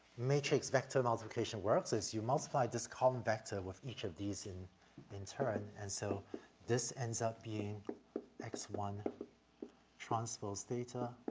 matrix-vector multiplication works is you multiply this column vector with each of these in in turn. and so this ends up being x one transpose theta,